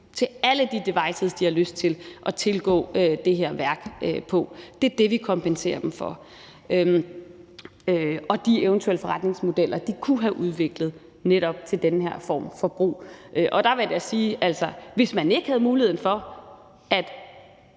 til alle de devices, de har lyst til at tilgå det her værk på. Det er det, vi kompenserer dem for, samt de eventuelle forretningsmodeller, de kunne have udviklet til netop den her form for brug. Der vil jeg da sige, at hvis man ikke havde mulighed for at